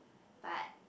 but